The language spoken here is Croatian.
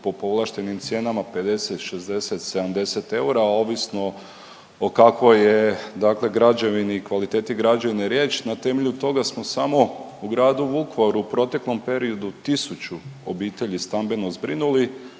po povlaštenih cijenama 50, 60, 70 eura ovisno o kakvoj je dakle građevini i kvaliteti građevine riječ. Na temelju toga smo samo u gradu Vukovaru u proteklom periodu tisuću obitelji stambeno zbrinuli,